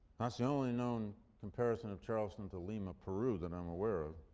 that's the only known comparison of charleston to lima, peru that i'm aware of.